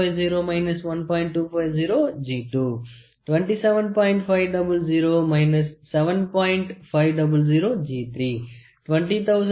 000 Build Slip Gauge for 46